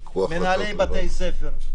מנהלי בתי ספר,